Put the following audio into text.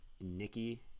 nikki